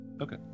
Okay